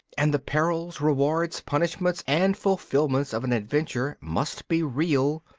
and the perils, rewards, punishments, and fulfilments of an adventure must be real,